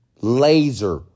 laser